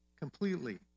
completely